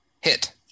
hit